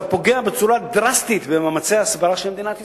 זה פוגע בצורה דרסטית במאמצי ההסברה של מדינת ישראל.